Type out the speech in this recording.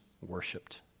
worshipped